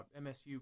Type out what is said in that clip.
MSU